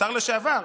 השר לשעבר.